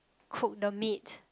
cook the meat